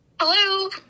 Hello